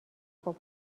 خوب